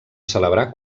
celebrar